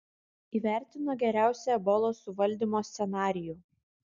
įvertino geriausią ebolos suvaldymo scenarijų